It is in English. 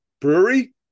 brewery